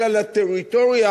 אלא לטריטוריה,